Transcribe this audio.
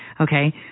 okay